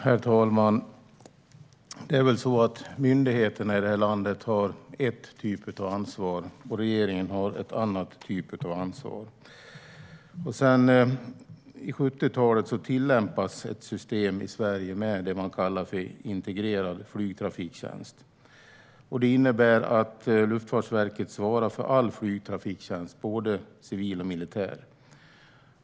Herr talman! Myndigheterna här i landet har en typ av ansvar, och regeringen har en annan typ av ansvar. Sedan 70-talet tillämpas i Sverige ett system med så kallad integrerad flygtrafiktjänst. Det innebär att Luftfartsverket svarar för all flygtrafiktjänst, både civil och militär.